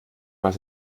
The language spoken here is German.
was